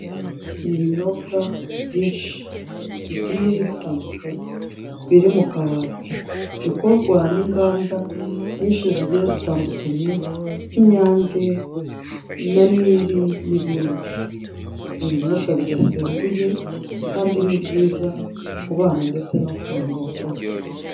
Ibinyobwa byinshi bigiye bitandukanye biri mu kabati, bikorwa n'inganda nyinshi zigiye zitandukanye, nk'Inyange, na Nili, n'ibindi. Ni ibinyobwa bidasembuye, kandi nibyiza ku bana ndetse no ku bantu bakuru.